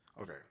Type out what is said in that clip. Okay